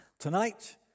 Tonight